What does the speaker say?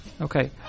Okay